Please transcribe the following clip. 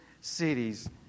cities